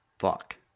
fuck